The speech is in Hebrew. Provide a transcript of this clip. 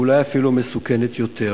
ואולי אפילו מסוכנת יותר,